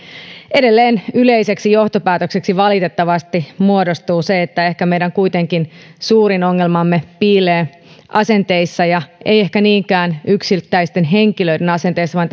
edelleen yleiseksi johtopäätökseksi valitettavasti muodostuu se että ehkä kuitenkin meidän suurin ongelmamme piilee asenteissa ei ehkä niinkään yksittäisten henkilöiden asenteissa vaan